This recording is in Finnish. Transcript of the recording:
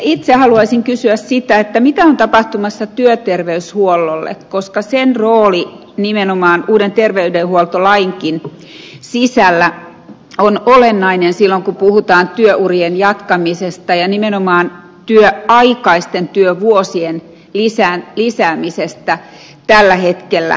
itse haluaisin kysyä sitä mitä on tapahtumassa työterveyshuollolle koska sen rooli nimenomaan uuden terveydenhuoltolainkin sisällä on olennainen silloin kun puhutaan työurien jatkamisesta ja nimenomaan työvuosien lisäämisestä tällä hetkellä